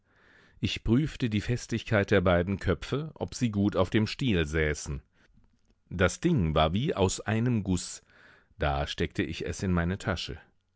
ich prüfte die festigkeit der beiden köpfe ob sie gut auf dem stiel säßen das ding war wie aus einem guß da steckte ich es in meine tasche